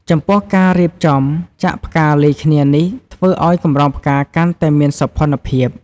ចំពោះ ការរៀបចំចាក់ផ្កាលាយគ្នានេះធ្វើឲ្យកម្រងផ្កាកាន់តែមានសោភ័ណភាព។